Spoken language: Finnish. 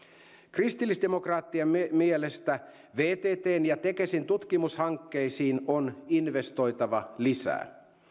kristillisdemokraattien mielestä vttn ja tekesin tutkimushankkeisiin on investoitava lisää